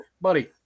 buddy